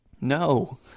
No